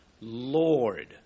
Lord